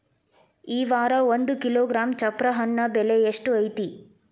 ಈ ವಾರ ಒಂದು ಕಿಲೋಗ್ರಾಂ ಚಪ್ರ ಹಣ್ಣ ಬೆಲೆ ಎಷ್ಟು ಐತಿ?